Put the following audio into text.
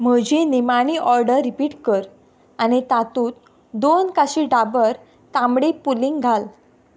म्हजी निमाणी order repeat कर आनी तातूंत दोन काशी डाबर तांबडी पुलींग घाल